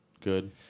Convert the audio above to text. good